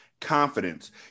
Confidence